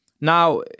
Now